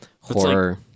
horror